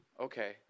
Okay